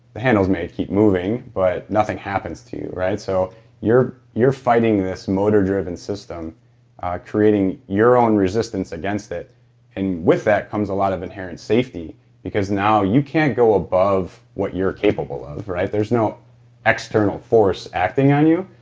the handles may keep moving but nothing happens happens to you, right? so you're fighting this motor driven system creating your own resistance against it and with that comes a lot of inherent safety because now you can't go above what you're capable of, right? there is no external force acting on you,